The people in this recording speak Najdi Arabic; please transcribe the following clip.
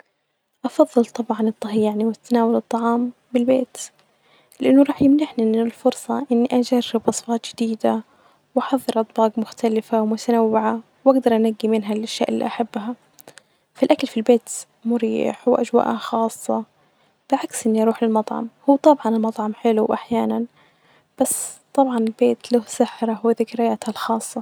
أفظل طبعا الطهي يعني ،وتناول الطعام بالبيت ،لأنه رايح يمنحني أن الفرصة إني أجرب وصفات جديدة، وأحظر أطباج مختلفة ومتنوعة ،وأجدر أنجي منها الأشياء اللي احبها فالاكل ،في البيت مريح وأجواءه خاصة بعكس إني أروح المطعم هو طبعا المطعم حلو وأحيانا بس طبعا بيت له سحره وذكرياته الخاصة.